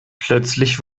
plötzlich